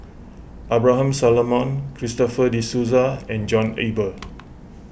Abraham Solomon Christopher De Souza and John Eber